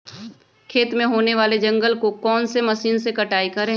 खेत में होने वाले जंगल को कौन से मशीन से कटाई करें?